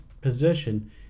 position